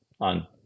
on